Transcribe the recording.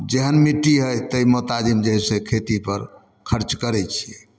जेहन मिट्टी है तै मोताबिक जे इ से खेती पर खर्च करय छियै